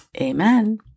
Amen